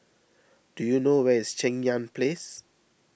do you know where is Cheng Yan Place